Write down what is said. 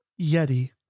Yeti